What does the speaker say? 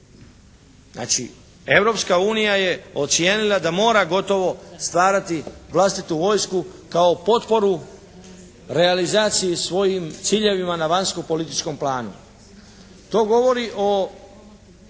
Znači, Europska unija je ocijenila da mora gotovo stvarati vlastitu vojsku kao potporu realizaciji svojim ciljevima na vanjsko-političkom planu. To govori o